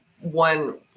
One